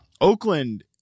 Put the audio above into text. oakland